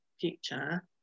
future